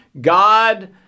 God